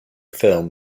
film